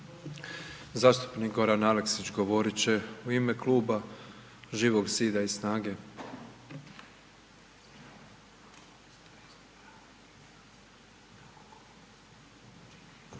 Zastupnik Goran Aleksić govorit će u ime Kluba Živog zida i SNAGE.